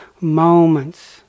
moments